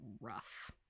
rough